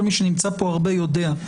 כל מי שנמצא פה הרבה יודע,